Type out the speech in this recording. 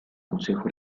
consejo